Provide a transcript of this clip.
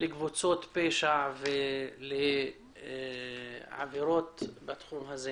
לקבוצות פשע ולעבירות בתחום הזה.